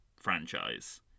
franchise